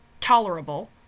tolerable